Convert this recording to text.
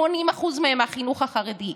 80% מהם מהחינוך החרדי,